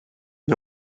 n’y